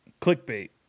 Clickbait